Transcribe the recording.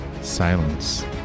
Silence